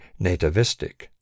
nativistic